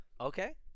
Okay